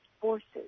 forces